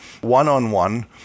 one-on-one